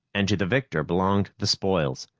and to the victor belonged the spoils.